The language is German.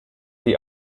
sie